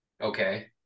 Okay